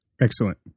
Excellent